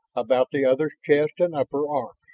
about the other's chest and upper arms.